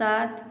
सात